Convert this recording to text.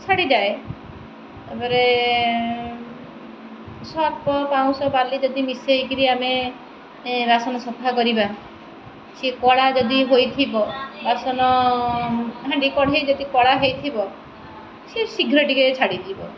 ଛାଡ଼ିଯାଏ ତା'ପରେ ସର୍ପ ପାଉଁଶ ପାଲି ଯଦି ମିଶେଇକିରି ଆମେ ବାସନ ସଫା କରିବା ସିଏ କଳା ଯଦି ହୋଇଥିବ ବାସନ ହାଣ୍ଡି କଢ଼େଇ ଯଦି କଳା ହେଇଥିବ ସେ ଶୀଘ୍ର ଟିକେ ଛାଡ଼ିଯିବ